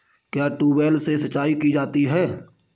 क्या ट्यूबवेल से सिंचाई की जाती है?